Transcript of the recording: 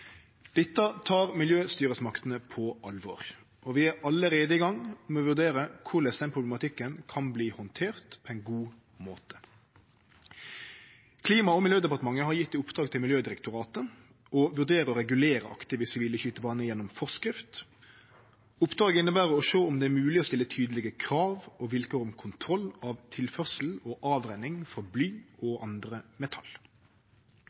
Dette tek miljøstyresmaktene på alvor, og vi er allereie i gang med å vurdere korleis den problematikken kan verte handtert på ein god måte. Klima- og miljødepartementet har gjeve i oppdrag til Miljødirektoratet å vurdere å regulere aktive sivile skytebaner gjennom forskrift. Oppdraget inneber å sjå om det er mogleg å stille tydelege krav og vilkår om kontroll av tilførsel og avrenning for bly og andre metall.